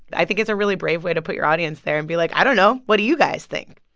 i think it's a really brave way to put your audience there and be like, i don't know. what do you guys think?